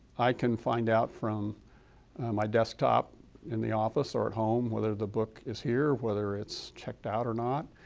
i can find out from my desktop in the office, or at home whether the book is here, whether it's checked out or not.